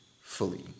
fully